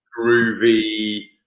groovy